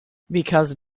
because